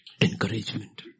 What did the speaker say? Encouragement